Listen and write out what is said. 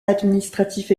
administratif